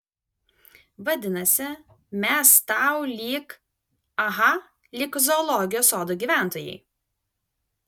vadinasi mes tau lyg aha lyg zoologijos sodo gyventojai